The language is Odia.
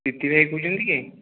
ବିକି ଭାଇ କହୁଛନ୍ତି କି